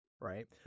right